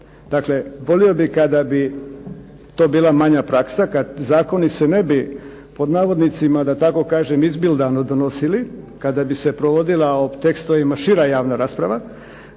Dakle, volio bih kada bi to bila manja praksa. Kad zakoni se ne bi, da tako kažem izbildano donosili, kada bi se provodila o tekstovima šira javna rasprava,